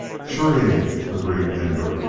sure he ain't, agreed denver.